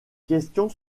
questions